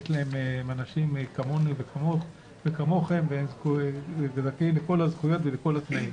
הם אנשים כמוני וכמוכם ומגיעות להם כל הזכויות וכל התנאים.